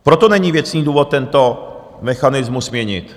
Proto není věcný důvod tento mechanismus měnit.